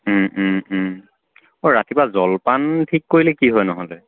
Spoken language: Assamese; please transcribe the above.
অঁ ৰাতিপুৱা জলপান ঠিক কৰিলে কি হয় নহ'লে